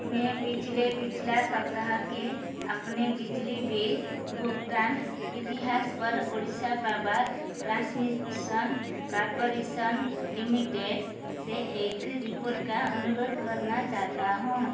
मे पिछले पिछला सप्ताह के अपने बिजली बिल भुगतान इतिहास पर Odisha power transmission corporation limited से एक रिपोट का अनुरोध करना चाहता हूँ